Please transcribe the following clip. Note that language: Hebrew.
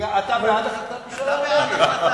אתה בעד החלטת הממשלה או נגד?